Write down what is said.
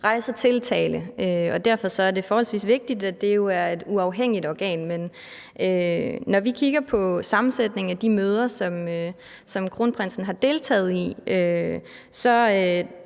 rejser tiltale, og derfor er det forholdsvis vigtigt, at det er et uafhængigt organ. Men når vi kigger på sammensætningen af de møder, som kronprinsen har deltaget i, så